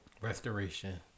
Restoration